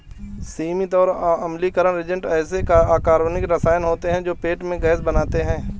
सीमित और अम्लीकरण एजेंट ऐसे अकार्बनिक रसायन होते हैं जो पेट में गैस बनाते हैं